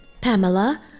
Pamela